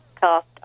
cost